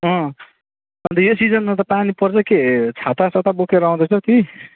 अँ अन्त यो सिजनमा पानी पर्छ के छातासाता बोकेर आउँदैछौ कि